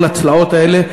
כל הצלעות האלה,